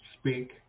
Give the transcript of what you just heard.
speak